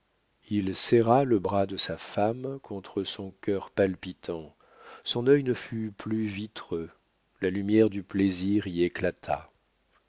il serra le bras de sa femme contre son cœur palpitant son œil ne fut plus vitreux la lumière du plaisir y éclata